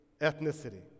ethnicity